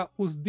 os